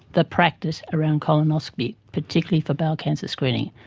the practice around colonoscopy, particularly for bowel cancer screening.